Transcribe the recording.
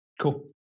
Cool